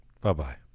Bye-bye